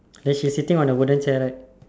then she's sitting on the wooden chair right